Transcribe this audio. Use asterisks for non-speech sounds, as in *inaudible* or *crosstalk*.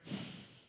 *breath*